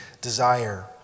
desire